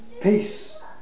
peace